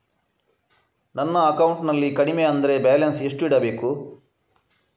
ನನ್ನ ಅಕೌಂಟಿನಲ್ಲಿ ಕಡಿಮೆ ಅಂದ್ರೆ ಬ್ಯಾಲೆನ್ಸ್ ಎಷ್ಟು ಇಡಬೇಕು?